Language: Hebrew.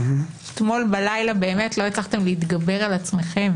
אתמול בלילה לא הצלחתם להתגבר על עצמכם